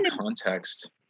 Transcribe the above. context